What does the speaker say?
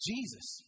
Jesus